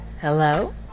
Hello